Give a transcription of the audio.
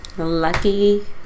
Lucky